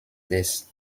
des